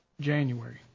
January